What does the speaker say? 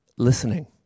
Listening